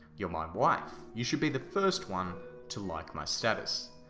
you're my wife. you should be the first one to like my status.